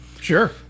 Sure